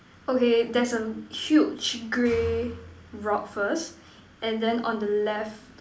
okay there's a huge grey rock first and then on the left